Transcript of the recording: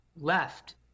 left